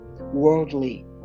worldly